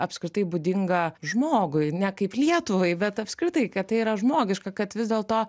apskritai būdinga žmogui ne kaip lietuvai bet apskritai kad tai yra žmogiška kad vis dėlto